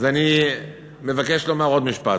אז אני מבקש לומר עוד משפט: